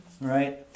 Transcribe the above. right